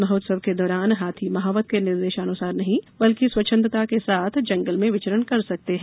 महोत्सव के दौरान हाथी महावत के निर्देशानुसार नहीं बल्कि स्वच्छंदता के साथ जंगल में विचरण कर सकते हैं